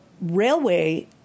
railway